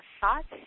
thoughts